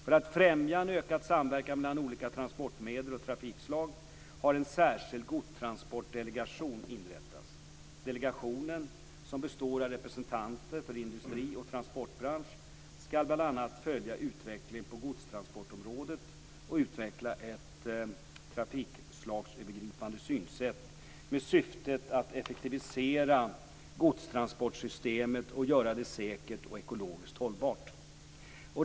För att främja en ökad samverkan mellan olika transportmedel och trafikslag har en särskild godstransportdelegation inrättats. Delegationen, som består av representanter för industri och transportbransch, skall bl.a. följa utvecklingen på godstransportområdet och utveckla ett trafikslagsövergripande synsätt med syftet att effektivisera godstransportsystemet och göra det säkert och ekologiskt hållbart.